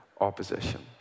opposition